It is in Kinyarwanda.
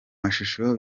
mashusho